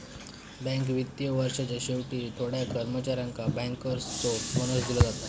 bank वित्तीय वर्षाच्या शेवटी थोड्या कर्मचाऱ्यांका बँकर्सचो बोनस दिलो जाता